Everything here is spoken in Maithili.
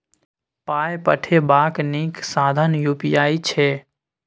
पाय पठेबाक नीक साधन यू.पी.आई छै